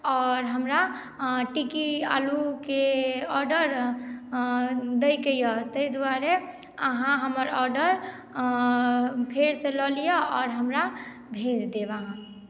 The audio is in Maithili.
आओर हमरा टिकी आलूकेँ आर्डर दै केँ यऽ तै दुआरे आहाँ हमर आर्डर फेरसँ लऽ लियऽ आओर हमरा भेज देब आहाँ